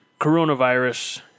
coronavirus